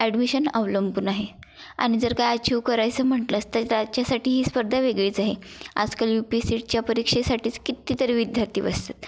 admission अवलंबून आहे आणि जर काय अचिव करायचं म्हटलंच तर त्याच्यासाठी ही स्पर्धा वेगळीच आहे आजकाल यू पी सीटच्या परीक्षेसाठीच किती तरी विद्यार्थी बसतात